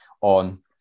on